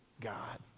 God